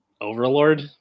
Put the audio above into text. Overlord